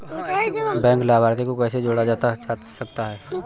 Bank लाभार्थी को कैसे जोड़ा जा सकता है?